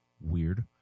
weird